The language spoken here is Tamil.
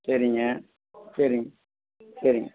சரிங்க சரிங் சரிங்